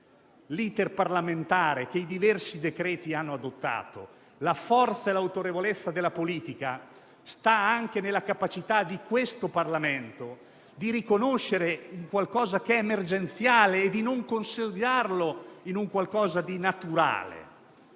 l'*iter* parlamentare che i diversi decreti-legge hanno adottato. La forza e l'autorevolezza della politica sta anche nella capacità di questo Parlamento di riconoscere una condizione emergenziale e di non considerarla come qualcosa di naturale.